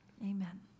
Amen